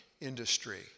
industry